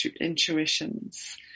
intuitions